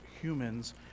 humans